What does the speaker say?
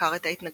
סקר את ההתנגשות.